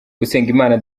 usengimana